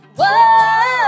whoa